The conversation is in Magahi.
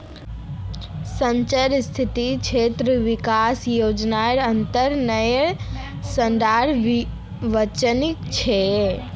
सांसद स्थानीय क्षेत्र विकास योजनार अंतर्गत नया सड़क बनील छै